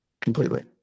Completely